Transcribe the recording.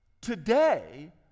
today